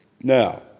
Now